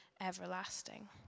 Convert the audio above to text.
everlasting